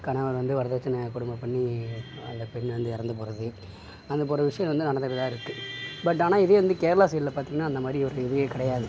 கணவன் வந்து வரதட்சணை கொடுமை பண்ணி அந்த பெண் வந்து இறந்து போகிறது அந்த மாதிரி விஷயம் வந்து நடந்துகிட்டு தான் இருக்குது பட் ஆனால் இதே வந்து கேரளா சைட்ல பார்த்திங்கன்னா அந்த மாதிரிஒரு இதுவே கிடையாது